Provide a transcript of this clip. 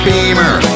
Beamer